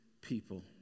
people